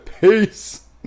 peace